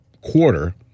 quarter